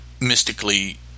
mystically